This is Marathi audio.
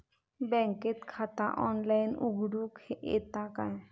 बँकेत खाता ऑनलाइन उघडूक येता काय?